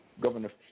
Governor